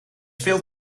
veel